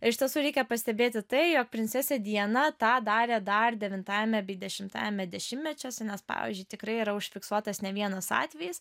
iš tiesų reikia pastebėti tai jog princesė diana tą darė dar devintajame bei dešimtajame dešimtmečiuose nes pavyzdžiui tikrai yra užfiksuotas ne vienas atvejis